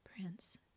prince